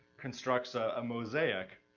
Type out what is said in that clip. constructs a mosaic